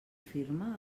firma